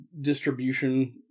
distribution